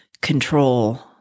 control